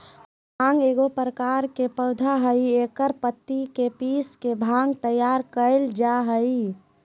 भांग एगो प्रकार के पौधा हइ एकर पत्ति के पीस के भांग तैयार कइल जा हइ